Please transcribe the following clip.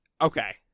Okay